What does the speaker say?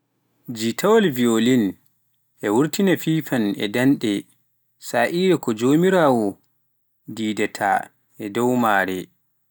Jitaawal violin e wurtina fifaan e daande, sa'ire ko jomirawoo mare didaataa e dow maare,